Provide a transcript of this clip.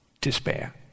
despair